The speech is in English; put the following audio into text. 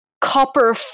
copper